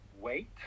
wait